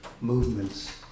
movements